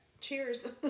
Cheers